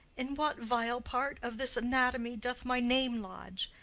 in what vile part of this anatomy doth my name lodge?